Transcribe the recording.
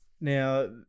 Now